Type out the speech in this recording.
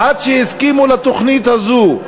עד שהסכימו לתוכנית הזאת.